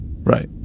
right